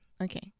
okay